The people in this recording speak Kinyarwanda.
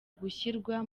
gushyirwa